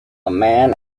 man